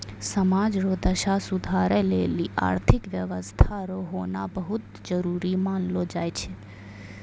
समाज रो दशा सुधारै लेली आर्थिक व्यवस्था रो होना बहुत जरूरी मानलौ जाय छै